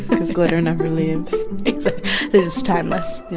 because glitter never leaves it's timeless